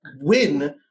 win